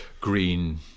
Green